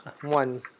one